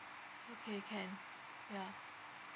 okay can ya